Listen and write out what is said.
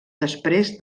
després